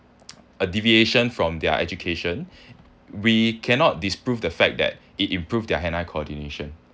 a deviation from their education we cannot disprove the fact that it improve their hand eye coordination